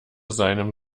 seinem